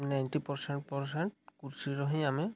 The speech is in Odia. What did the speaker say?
ନାଇଣ୍ଟି ପରସେଣ୍ଟ ପରସେଣ୍ଟ କୃଷିର ହିଁ ଆମେ